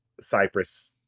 Cyprus